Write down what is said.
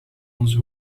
onze